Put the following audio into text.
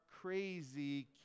crazy